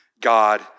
God